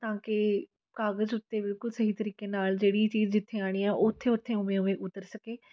ਤਾਂ ਕਿ ਕਾਗਜ਼ ਉੱਤੇ ਬਿਲਕੁਲ ਸਹੀ ਤਰੀਕੇ ਨਾਲ ਜਿਹੜੀ ਚੀਜ਼ ਜਿੱਥੇ ਆਉਣੀ ਆ ਉੱਥੇ ਉੱਥੇ ਉਵੇਂ ਉਵੇਂ ਉੱਤਰ ਸਕੇ